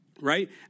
right